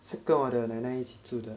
是跟我的奶奶一起住的